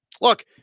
look